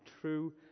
true